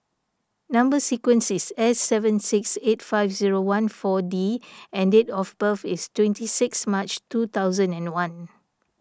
Number Sequence is S seven six eight five zero one four D and date of birth is twenty six March two thousand and one